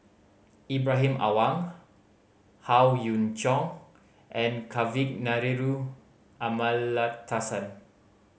Ibrahim Awang Howe Yoon Chong and Kavignareru Amallathasan